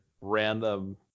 random